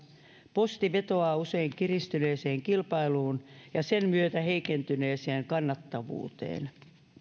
posti vetoaa usein kiristyneeseen kilpailuun ja sen myötä heikentyneeseen kannattavuuteen